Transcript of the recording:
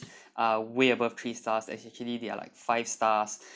are way above three stars as actually they are like five stars